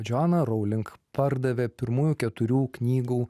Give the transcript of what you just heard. džoana rowling pardavė pirmųjų keturių knygų